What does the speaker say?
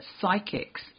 psychics